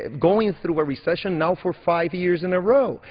and going through a recession now for five years in a row.